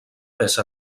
peça